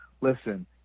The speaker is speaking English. Listen